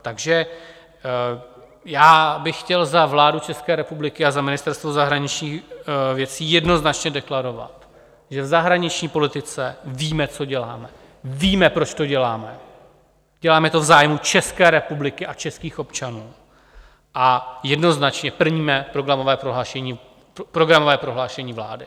Takže já bych chtěl za vládu České republiky a za Ministerstvo zahraničních věcí jednoznačně deklarovat, že v zahraniční politice víme, co děláme, víme, proč to děláme, děláme to v zájmu České republiky a českých občanů a jednoznačně plníme programové prohlášení vlády.